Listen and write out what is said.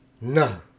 No